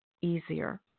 easier